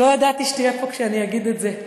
ולא ידעתי שתהיה פה כשאני אגיד את זה.